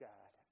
God